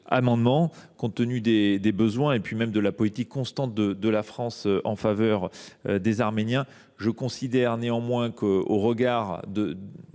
amendement, compte tenu des besoins et de la politique constante de la France en faveur des Arméniens. Je considère néanmoins que le